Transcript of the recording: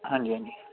ਹਾਂਜੀ ਹਾਂਜੀ